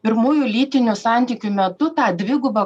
pirmųjų lytinių santykių metu tą dvigubą